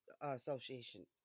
association